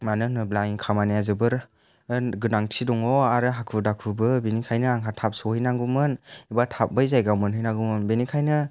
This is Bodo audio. मानो होनोब्ला आंनि खामानिया जोबोद गोनांथि दङ आरो हाखु दाखुबो बेनिखायनो आंहा थाब सहैनांगौमोन एबा थाबै जायगा मोनहैनांगौमोन बेनिखायनो